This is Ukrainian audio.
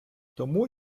тому